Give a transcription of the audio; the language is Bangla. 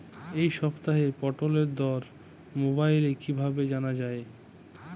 এই সপ্তাহের পটলের দর মোবাইলে কিভাবে জানা যায়?